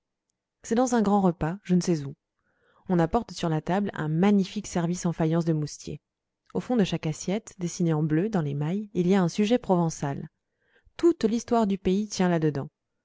c'est dans un grand repas je ne sais où on apporte sur la table un magnifique service en faïence de moustiers au fond de chaque assiette dessiné en bleu dans l'émail il y a un sujet provençal toute l'histoire du pays tient